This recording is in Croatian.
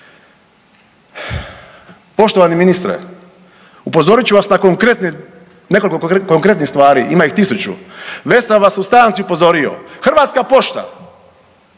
Poštovani ministre, upozorit ću vas na konkretne, nekoliko konkretnih stvari, ima ih 1000. Već sam vas u stanci upozorio. Hrvatska pošta,